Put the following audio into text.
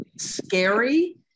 scary